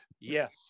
Yes